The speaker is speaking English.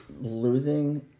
losing